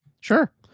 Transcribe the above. Sure